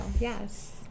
Yes